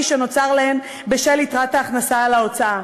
שנוצר להן בשל יתרת ההכנסה על ההוצאה"